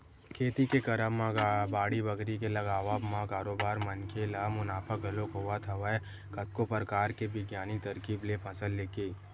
खेती के करब म बाड़ी बखरी के लगावब म बरोबर मनखे ल मुनाफा घलोक होवत हवय कतको परकार के बिग्यानिक तरकीब ले फसल लेके